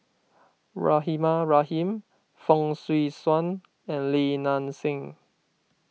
Rahimah Rahim Fong Swee Suan and Li Nanxing